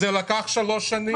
זה לקח שלוש שנים,